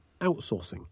outsourcing